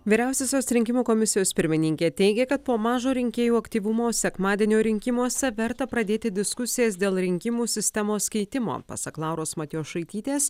vyriausiosios rinkimų komisijos pirmininkė teigia kad po mažo rinkėjų aktyvumo sekmadienio rinkimuose verta pradėti diskusijas dėl rinkimų sistemos keitimo pasak lauros matjošaitytės